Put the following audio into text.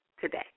today